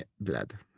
blood